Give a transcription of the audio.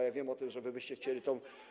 Ja wiem o tym, że wy byście chcieli tę.